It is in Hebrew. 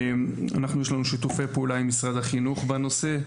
אנחנו יש לנו שיתופי פעולה עם משרד החינוך בנושא.